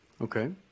Okay